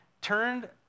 turned